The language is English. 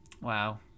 Wow